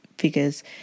figures